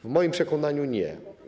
W moim przekonaniu nie.